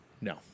No